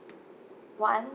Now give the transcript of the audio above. one